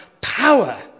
power